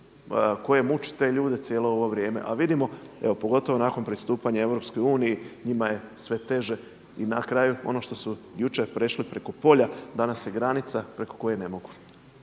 koje muči te ljude cijelo ovo vrijeme. A vidimo evo pogotovo nakon pristupanja EU njima je sve teže i na kraju ono što su jučer prešli preko polja danas je granica preko koje ne mogu.